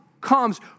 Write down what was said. comes